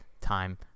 time